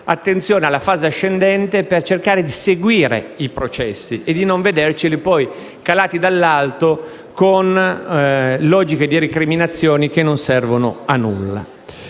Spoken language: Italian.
attenzione alla fase ascendente per cercare di seguire i processi e non subirli con logiche di recriminazione che non servono a nulla.